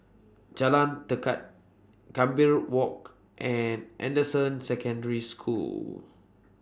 Jalan Tekad Gambir Walk and Anderson Secondary School